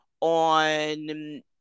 on